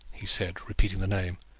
he said, repeating the name,